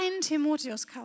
Timotheus